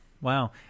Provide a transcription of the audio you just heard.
wow